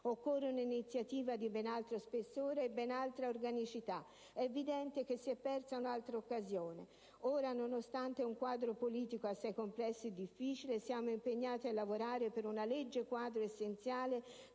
occorre un'iniziativa di ben altro spessore e di ben altra organicità. È chiaro che si è persa un'altra occasione. Ora, nonostante un quadro politico assai complesso e difficile, siamo impegnati a lavorare per una legge quadro, essenziale